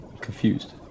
Confused